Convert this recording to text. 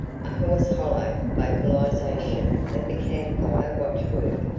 a hoarse hollow vocalization of the camp fire watchword.